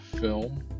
film